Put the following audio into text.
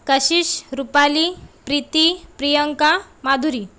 Kashish Rupali Preeti Priyanka Madhuri